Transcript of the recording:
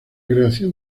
creación